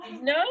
no